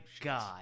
god